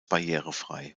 barrierefrei